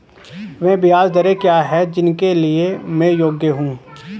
वे ब्याज दरें क्या हैं जिनके लिए मैं योग्य हूँ?